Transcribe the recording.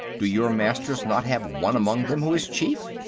do your masters not have one among them who is chief?